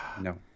no